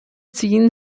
ziehen